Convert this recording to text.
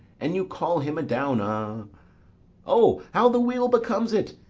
an you call him a-down-a o, how the wheel becomes it!